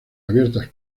abiertas